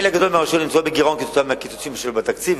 חלק גדול מהרשויות נמצא בגירעון כתוצאה מהקיצוצים שהיו בתקציב,